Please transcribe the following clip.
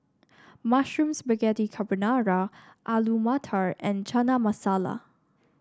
Mushroom Spaghetti Carbonara Alu Matar and Chana Masala